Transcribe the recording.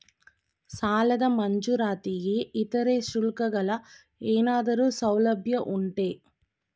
ಸಾಲದ ಮಂಜೂರಾತಿಗೆ ಇತರೆ ಶುಲ್ಕಗಳ ಏನಾದರೂ ಸೌಲಭ್ಯ ಉಂಟೆ?